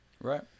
Right